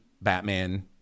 Batman